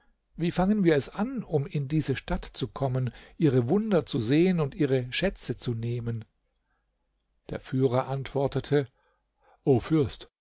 wie fangen wir es an um in diese stadt zu kommen ihre wunder zu sehen und ihre schätze zu nehmen der führer antwortete o fürst